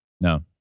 No